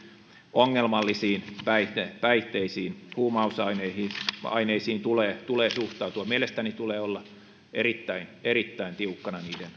ongelmallisiin päihteisiin huumausaineisiin tulee tulee suhtautua mielestäni tulee olla erittäin erittäin tiukkana